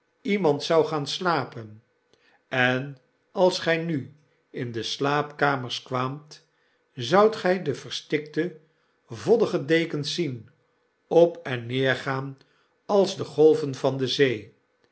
iemand zou gaan slapen en als gy nu in de slaapkamers kwaamt zoudt gy de verstikte voddige dekens zien op en neer gaan als de golven van de zee